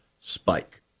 spike